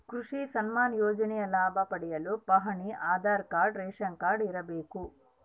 ಕೃಷಿ ಸನ್ಮಾನ್ ಯೋಜನೆಯ ಲಾಭ ಪಡೆಯಲು ಪಹಣಿ ಆಧಾರ್ ಕಾರ್ಡ್ ರೇಷನ್ ಕಾರ್ಡ್ ಇರಬೇಕು